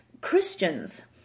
Christians